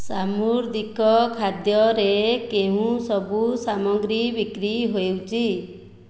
ସାମୁଦ୍ରିକ ଖାଦ୍ୟରେ କେଉଁ ସବୁ ସାମଗ୍ରୀ ବିକ୍ରି ହେଉଛି